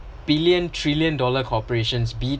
billion trillion dollar corporations be it